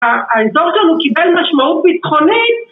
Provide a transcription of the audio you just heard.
‫האזור שלנו קיבל משמעות ביטחונית.